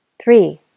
Three